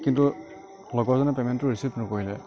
কিন্তু লগৰজনে পে'মেণ্টটো ৰিচিভ নকৰিলে